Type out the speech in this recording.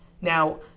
Now